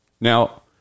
Now